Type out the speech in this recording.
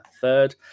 third